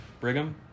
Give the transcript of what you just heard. Brigham